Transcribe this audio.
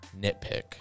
nitpick